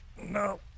no